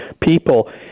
people